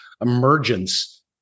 emergence